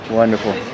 Wonderful